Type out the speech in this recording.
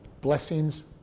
blessings